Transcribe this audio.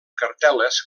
cartel·les